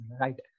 right